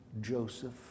Joseph